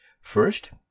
first